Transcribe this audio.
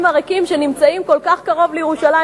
הריקים שנמצאים כל כך קרוב לירושלים,